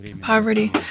Poverty